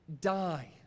die